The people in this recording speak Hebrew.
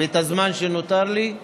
ואת הזמן שנותר לי,